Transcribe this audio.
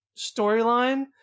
storyline